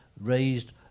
raised